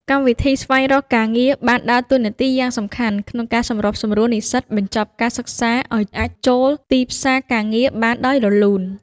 កម្មវិធីស្វែងរកការងារបានដើរតួនាទីយ៉ាងសំខាន់ក្នុងការសម្របសម្រួលនិស្សិតបញ្ចប់ការសិក្សាឱ្យអាចចូលទីផ្សារការងារបានដោយរលូន។